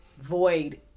void